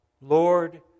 Lord